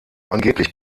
angeblich